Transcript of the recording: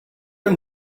him